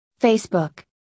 Facebook